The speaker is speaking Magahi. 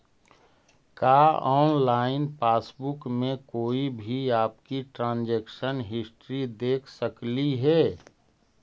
का ऑनलाइन पासबुक में कोई भी आपकी ट्रांजेक्शन हिस्ट्री देख सकली हे